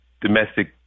domestic